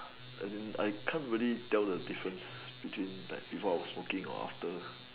as in I can't really tell the difference between like before I was smoking or after